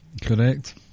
correct